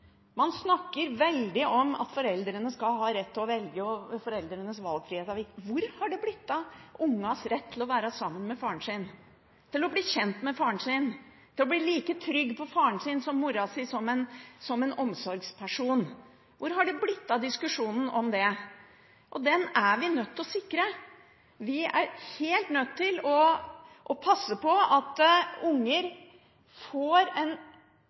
Man snakker mye om at foreldrene skal ha rett til å velge, og at foreldrenes valgfrihet er viktig. Hvor har det blitt av ungenes rett til å være sammen med faren sin, til å bli kjent med faren sin, til å bli like trygg på faren sin som på moren sin som en omsorgsperson? Hvor har det blitt av diskusjonen om det? Den er vi nødt til å sikre. Vi er helt nødt til å passe på at unger får en